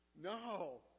No